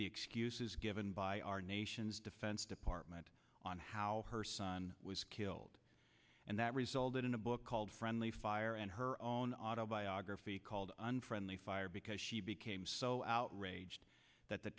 the excuses given by our nation's defense department on how her son was killed and that resulted in a book called friendly fire and her own autobiography called unfriendly fire because she became so outraged that the